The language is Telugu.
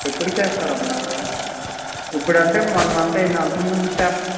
ఎప్పుడు చేస్తారమ్మా ఇప్పుడంటే వన్ మంత్ అయ్యింది అంతక ముందు స్టాఫు